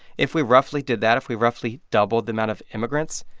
if we roughly did that, if we roughly doubled the amount of immigrants,